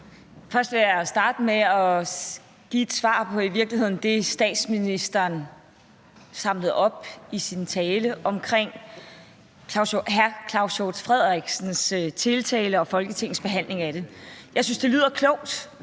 : Jeg vil starte med at give et svar på det, statsministeren samlede op i sin tale omkring hr. Claus Hjort Frederiksens tiltale og Folketingets behandling af det. Jeg synes, det lyder klogt,